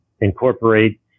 incorporate